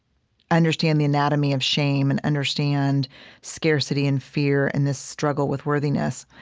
understand the anatomy of shame and understand scarcity and fear and this struggle with worthiness